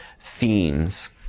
themes